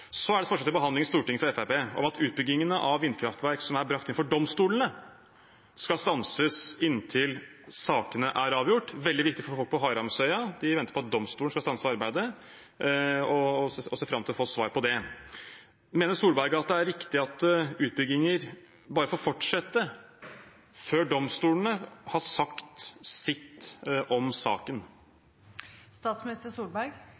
Så er det et forslag til behandling i Stortinget fra Fremskrittspartiet om at utbygging av vindkraftverk som er brakt inn for domstolene, skal stanses inntil sakene er avgjort. Det er veldig viktig for folk på Haramsøya. De venter på at domstolene skal stanse arbeidet, og ser fram til å få svar på det. Mener statsminister Solberg at det er riktig at utbygginger bare får fortsette før domstolene har sagt sitt om